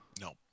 No